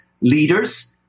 leaders